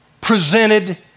presented